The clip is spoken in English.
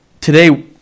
today